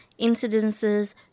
incidences